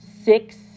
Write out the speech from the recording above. six